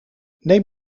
neem